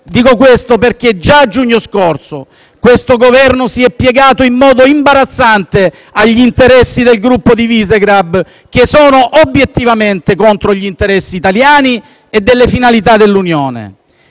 Dico questo perché già nel giugno scorso questo Governo si è piegato in modo imbarazzante agli interessi del gruppo di Visegrad, che sono obiettivamente contro quelli italiani e le finalità dell'Unione.